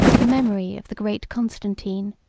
the memory of the great constantine,